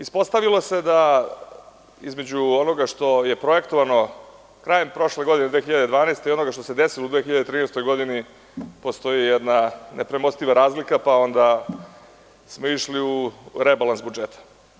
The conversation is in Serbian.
Ispostavilo se da između onoga što je projektovano krajem prošle godine, 2012. i onoga što se desilo u 2013. godini, postoji jedna nepremostiva razlika, pa smo onda išli u rebalans budžeta.